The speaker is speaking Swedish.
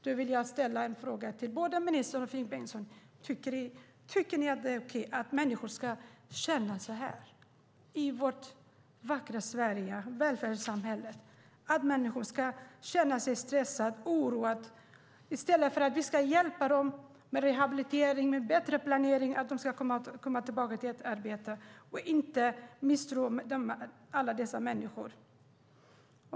Jag vill ställa en fråga till både ministern och Finn Bengtsson: Tycker ni att det är okej att människor känner så här, i vårt vackra Sverige, i vårt välfärdssamhälle, att människor känner sig stressade och oroade, i stället för att vi hjälper dem med rehabilitering och bättre planering så att de kan komma tillbaka till ett arbete? Ni kan väl inte misstro alla dessa människor.